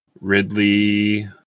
Ridley